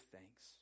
thanks